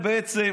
בעצם